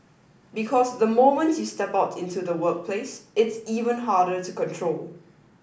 because the moment you step out into the workplace it's even harder to control